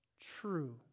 true